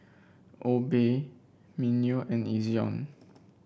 Obey Mimeo and Ezion